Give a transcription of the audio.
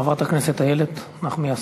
חברת הכנסת איילת נחמיאס